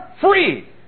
free